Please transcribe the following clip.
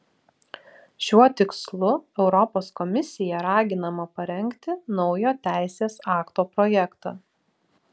šiuo tikslu europos komisija raginama parengti naujo teisės akto projektą